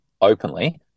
openly